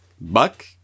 Buck